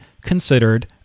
considered